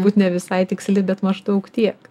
būt ne visai tiksli bet maždaug tiek